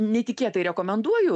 netikėtai rekomenduoju